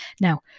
Now